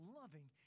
loving